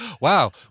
Wow